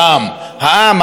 העם, העם, העם.